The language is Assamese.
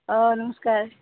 অঁ নমস্কাৰ